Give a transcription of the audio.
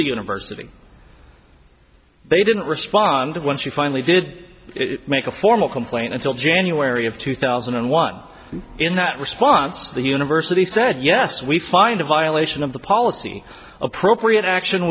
the university they didn't respond when she finally did make a formal complaint until january of two thousand and one in that response the university said yes we find a violation of the policy appropriate action